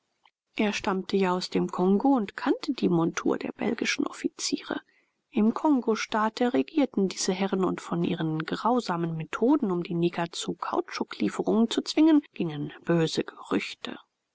er stammte ja aus dem kongo und kannte die montur der belgischen offiziere im kongostaate regierten diese herren und von ihren grausamen methoden um die neger zu kautschuklieferungen zu zwingen gingen böse gerüchte